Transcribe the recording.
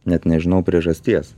net nežinau priežasties